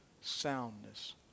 soundness